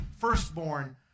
firstborn